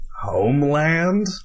homeland